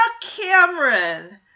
Cameron